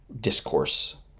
discourse